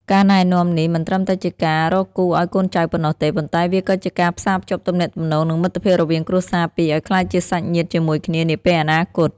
ការណែនាំនេះមិនត្រឹមតែជាការរកគូឱ្យកូនចៅប៉ុណ្ណោះទេ ប៉ុន្តែវាក៏ជាការផ្សារភ្ជាប់ទំនាក់ទំនង និងមិត្តភាពរវាងគ្រួសារពីរឱ្យក្លាយជាសាច់ញាតិជាមួយគ្នានាពេលអនាគត។